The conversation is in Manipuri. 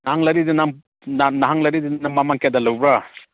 ꯅꯍꯥꯟ ꯂꯥꯏꯔꯗꯤ ꯅꯪ ꯅꯍꯥꯟ ꯂꯩꯔꯗꯤ ꯅꯪ ꯃꯃꯜ ꯀꯌꯥꯗ ꯂꯧꯕ꯭ꯔꯥ